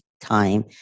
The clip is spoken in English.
time